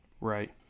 Right